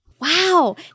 Wow